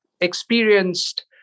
experienced